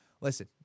listen